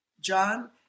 John